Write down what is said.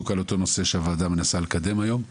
על אותו נושא שהוועדה מנסה לקדם היום.